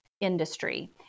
industry